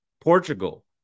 Portugal